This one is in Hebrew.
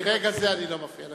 מרגע זה אני לא מפריע לך.